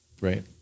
right